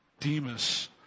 Demas